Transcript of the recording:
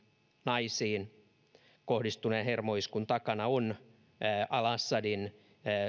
naisiin siviileihin kohdistuneen hermokaasuiskun takana ovat al assadin